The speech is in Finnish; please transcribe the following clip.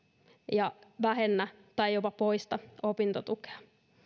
ja vähennä tai jopa poista opintotukea